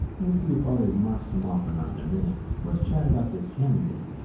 we'll see if all these marks come off or not in a minute. let's chat about this camera unit.